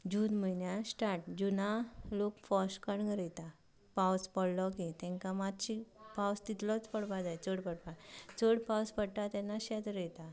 जून म्हयन्या स्टार्ट जुना लोक फश कणगां रोयता पावस पोडलो की तांकां मातशी पावस तितलोच पडपा जाय चड पडपा चड पावस पडटा तेन्ना शेत रोयता